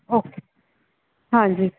okay ਹਾਂਜੀ